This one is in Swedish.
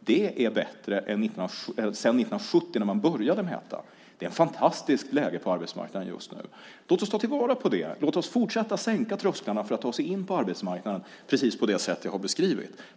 Det är bättre än sedan 1970 när man började mäta. Det är ett fantastiskt läge på arbetsmarknaden just nu. Låt oss ta till vara det. Låt oss fortsätta att sänka trösklarna för att ta sig in på arbetsmarknaden precis på det sätt jag har beskrivit.